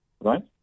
right